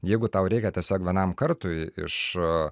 jeigu tau reikia tiesiog vienam kartui iš